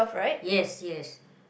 yes yes